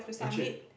legit